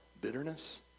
bitterness